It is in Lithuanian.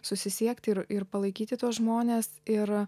susisiekti ir ir palaikyti tuos žmones ir